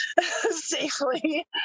safely